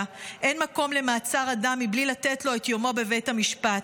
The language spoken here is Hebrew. אין מקום למעצר אדם מבלי לתת לו את יומו בבית המשפט.